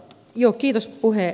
kiitos puhemies